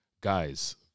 Guys